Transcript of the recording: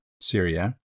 Syria